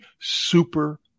super